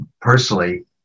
personally